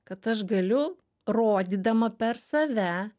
kad aš galiu rodydama per save